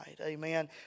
amen